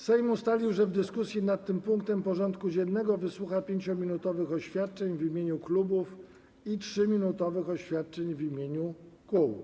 Sejm ustalił, że w dyskusji nad tym punktem porządku dziennego wysłucha 5-minutowych oświadczeń w imieniu klubów i 3-minutowych oświadczeń w imieniu kół.